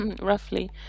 roughly